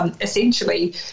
essentially